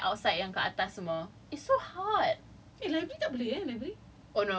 but it's not conducive and then people study like outside yang kat atas semua it's so hard